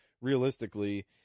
realistically